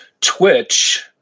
Twitch